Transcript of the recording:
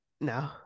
no